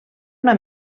una